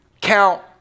count